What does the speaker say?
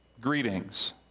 greetings